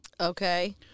Okay